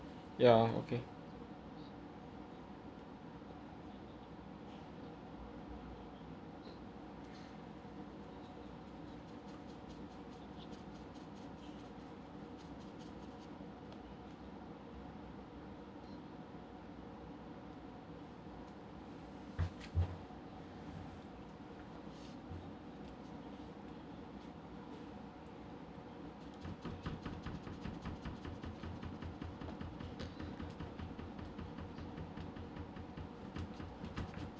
yeah okay